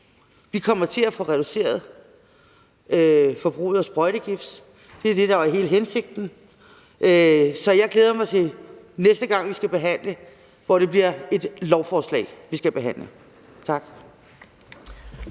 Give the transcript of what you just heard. Vi kommer til at få reduceret forbruget af sprøjtegift. Det var det, der var hele hensigten. Så jeg glæder mig til næste gang, hvor det bliver et lovforslag, vi skal behandle. Tak.